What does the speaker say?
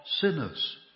sinners